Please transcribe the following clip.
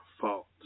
fault